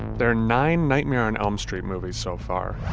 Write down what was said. there are nine nightmare on elm street movies so far.